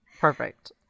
perfect